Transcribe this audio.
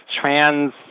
trans